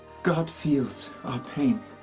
god feels our pain.